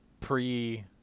pre